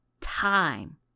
time